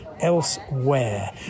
elsewhere